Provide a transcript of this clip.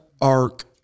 ark